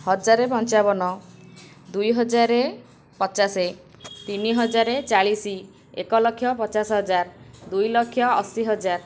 ହଜାରେ ପଞ୍ଚାବନ ଦୁଇ ହଜାର ପଚାଶ ତିନି ହଜାର ଚାଳିଶ ଏକ ଲକ୍ଷ ପଚାଶ ହଜାର ଦୁଇ ଲକ୍ଷ ଅଶୀ ହଜାର